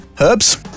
herbs